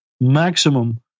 maximum